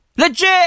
Legit